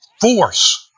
force